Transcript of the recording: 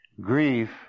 grief